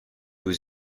aux